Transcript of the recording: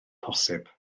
posib